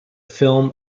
film